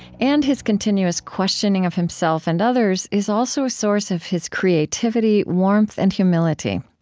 and his continuous questioning of himself and others is also a source of his creativity, warmth, and humility.